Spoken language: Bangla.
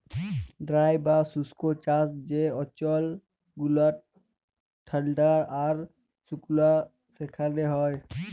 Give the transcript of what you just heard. ড্রাই বা শুস্ক চাষ যে অল্চল গুলা ঠাল্ডা আর সুকলা সেখালে হ্যয়